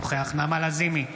אינו נוכח נעמה לזימי,